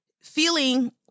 feeling